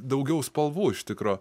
daugiau spalvų iš tikro